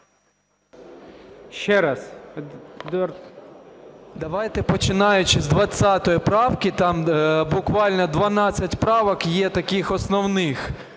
А.Е. Давайте, починаючи з 20 правки. Там буквально 12 правок є таких основних.